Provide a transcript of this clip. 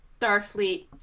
Starfleet